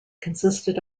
consisted